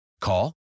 Call